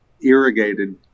irrigated